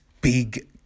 big